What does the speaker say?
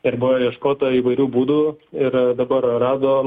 ir buvo ieškota įvairių būdų ir dabar radom